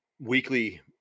weekly